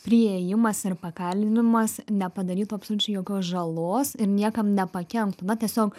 priėjimas ir pakalbinimas nepadarytų absoliučiai jokios žalos ir niekam nepakenktų na tiesiog